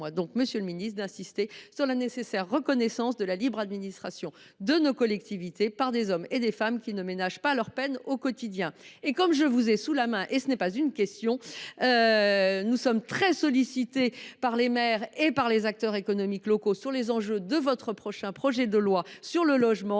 moi, monsieur le ministre, d’insister sur la nécessaire reconnaissance de la libre administration de nos collectivités par des hommes et des femmes qui ne ménagent pas leur peine au quotidien. Comme je vous ai sous la main, je poursuis au delà de ma question… Nous sommes très souvent interpellés par les maires et les acteurs économiques locaux sur les enjeux de votre prochain projet de loi sur le logement.